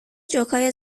جوکهای